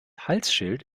halsschild